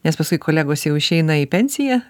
nes paskui kolegos jau išeina į pensiją